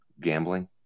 gambling